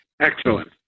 Excellent